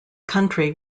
country